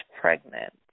pregnant